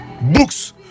Books